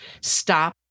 stop